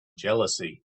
jealousy